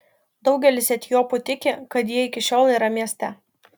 daugelis etiopų tiki kad ji iki šiol yra mieste